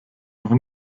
noch